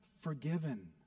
forgiven